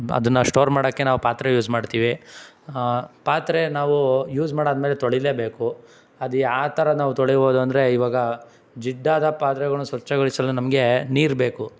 ಅದನ್ನು ಶ್ಟೋರ್ ಮಾಡೋಕ್ಕೆ ನಾವು ಪಾತ್ರೆ ಯೂಸ್ ಮಾಡ್ತೀವಿ ಪಾತ್ರೆ ನಾವು ಯೂಸ್ ಮಾಡಿ ಆದ್ಮೇಲೆ ನಾವು ತೊಳೀಲೇಬೇಕು ಅದು ಯಾವ್ತರ ನಾವು ತೊಳೀಬೋದು ಅಂದರೆ ಇವಾಗ ಜಿಡ್ಡಾದ ಪಾತ್ರೆಗಳನ್ನು ಸ್ವಚ್ಛಗೊಳಿಸಲು ನಮಗೆ ನೀರು ಬೇಕು